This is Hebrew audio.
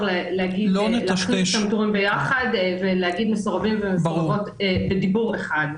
ואי-אפשר להכניס ת שני הטורים יחד ולהגיד מסורבים ומסורבות בדיבור אחד.